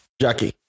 Jackie